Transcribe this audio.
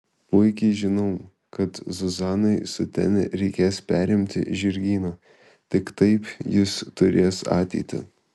puikiai žinai kad zuzanai su tania reikės perimti žirgyną tik taip jis turės ateitį